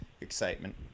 excitement